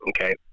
Okay